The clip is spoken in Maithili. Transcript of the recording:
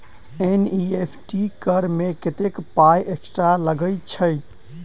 एन.ई.एफ.टी करऽ मे कत्तेक पाई एक्स्ट्रा लागई छई?